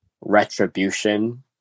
retribution